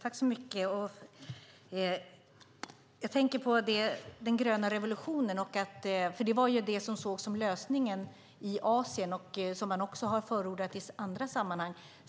Fru talman! Jag tänker på den gröna revolutionen som ju sågs som lösningen i Asien och som man också har förordat i andra sammanhang.